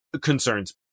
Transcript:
concerns